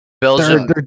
Belgium